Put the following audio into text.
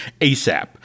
ASAP